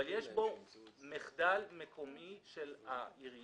אבל יש פה מחדל מקומי של העירייה,